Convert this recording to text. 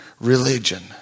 religion